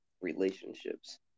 relationships